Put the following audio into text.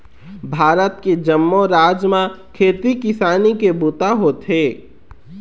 भारत के जम्मो राज म खेती किसानी के बूता होथे